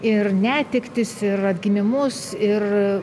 ir netektis ir atgimimus ir